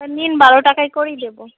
তা নিন বারো টাকা করেই দেবো